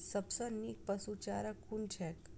सबसँ नीक पशुचारा कुन छैक?